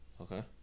Okay